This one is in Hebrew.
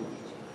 התאגידים.